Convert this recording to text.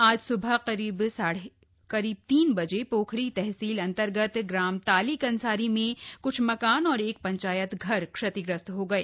आज स्बह करीब तीन बजे पोखरी तहसील अंतर्गत ग्राम ताली कंसारी में कृछ मकान और एक पंचायत घर क्षतिग्रस्त हो गये